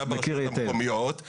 ברשויות המקומיות -- מכיר היטב.